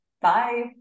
Bye